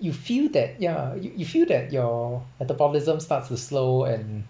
you feel that yeah you you feel that your metabolism starts to slow and